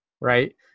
right